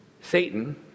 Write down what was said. Satan